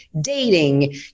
dating